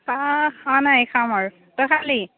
চাহ খোৱা নাই খাম আৰু তই খালি